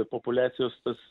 populiacijos tas